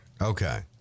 Okay